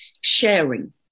sharing